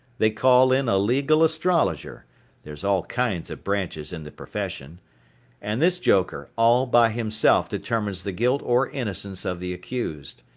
they call in a legal astrologer there's all kinds of branches in the profession and this joker all by himself determines the guilt or innocence of the accused.